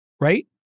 right